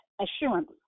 assurance